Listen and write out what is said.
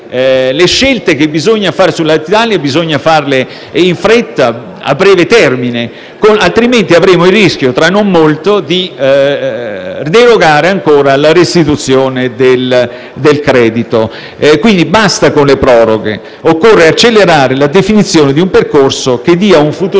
le scelte che bisogna fare su Alitalia bisogna farle in fretta e a breve termine, altrimenti avremo il rischio, tra non molto, di derogare ancora la restituzione del credito. Quindi basta con le proroghe: occorre accelerare la definizione di un percorso che dia un futuro